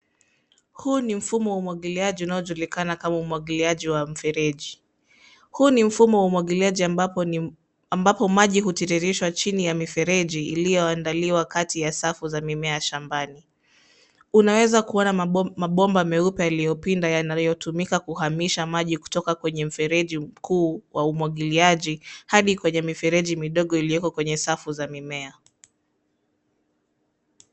Huu ni mfumo wa umwagiliaji unaojulikana kama umwagiliaji wa mfereji. Huu ni mfumo wa umwagiliaji ambapo maji hutiririshwa chini ya mifereji iliyoandaliwa kati ya safu za mimea ya shambani. Unaweza kuona mabomba meupe yaliyopinda yanayotumika kuhamisha maji kutoka kwenye mfereji mkuu wa umwagiliaji, hadi kwenye mifereji midogo iliyoko kwenye safu za mimea.